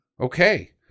Okay